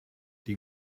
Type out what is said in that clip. die